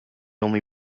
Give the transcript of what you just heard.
only